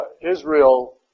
Israel